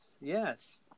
Yes